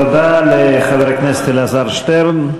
תודה לחבר הכנסת אלעזר שטרן.